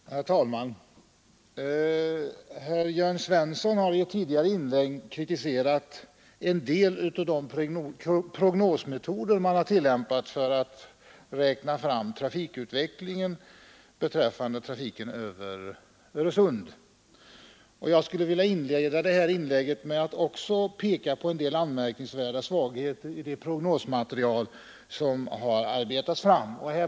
Herr talman! Herr Svensson i Malmö har i ett tidigare inlägg kritiserat en del av de prognosmetoder som använts för att räkna fram utvecklingen beträffande trafiken över Öresund. Jag skulle vilja inleda detta anförande med att också peka på en del anmärkningsvärda svagheter i det prognosmaterial som arbetats fram.